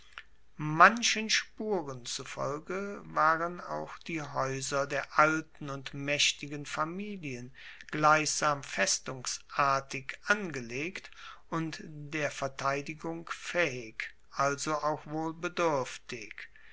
manchen spuren zufolge waren auch die haeuser der alten und maechtigen familien gleichsam festungsartig angelegt und der verteidigung faehig also auch wohl beduerftig